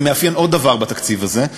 זה עוד דבר שמאפיין את התקציב הזה,